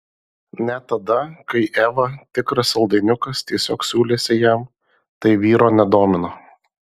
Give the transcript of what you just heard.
net tada kai eva tikras saldainiukas tiesiog siūlėsi jam tai vyro nedomino